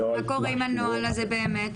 אז מה קורה עם הנוהל הזה באמת?